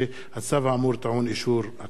הצו האמור טעון אישור הכנסת.